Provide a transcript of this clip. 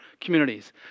communities